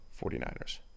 49ers